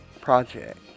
Project